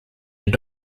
end